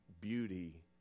beauty